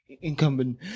Incumbent